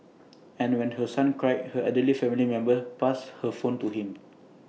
and when her son cried her elderly family member passed her phone to him